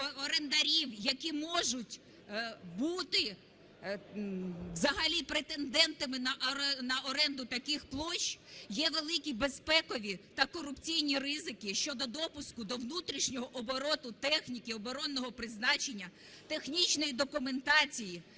орендарів, які можуть бути взагалі претендентами на оренду таких площ, є великі безпекові та корупційні ризики щодо допуску до внутрішнього обороту техніки оборонного призначення, технічної документації,